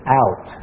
out